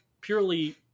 Purely